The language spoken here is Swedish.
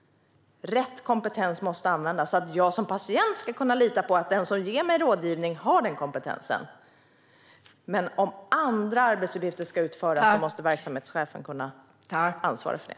Rätt kompetens måste användas, så att jag som patient ska kunna lita på att den som ger mig rådgivning har den kompetensen. Men om andra arbetsuppgifter ska utföras måste verksamhetschefen kunna ansvara för det.